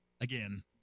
again